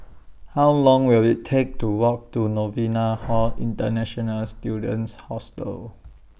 How Long Will IT Take to Walk to Novena Hall International Students Hostel